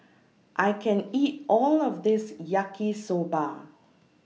I can't eat All of This Yaki Soba